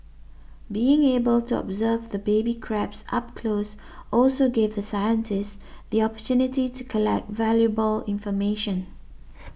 being able to observe the baby crabs up close also gave the scientists the opportunity to collect valuable information